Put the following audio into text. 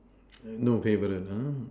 no favorite